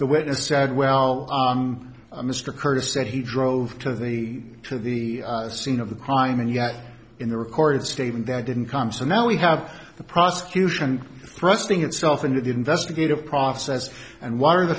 the witness said well mr curtis said he drove to the to the scene of the crime and yet in the recorded statement that didn't come so now we have the prosecution resting itself into the investigative process and why are the